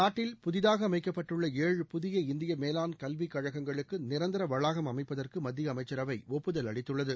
நாட்டில் புதிதாக அமைக்கப்பட்டுள்ள ஏழு புதிய இந்திய மேலாண் கல்விக்கழகங்களுக்கு நிரந்தர வளாகம் அமைப்பதற்கு மத்திய அமைச்சரவை ஒப்புதல் அளித்துள்ளது